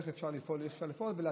איך אפשר לפעול ואי-אפשר לפעול,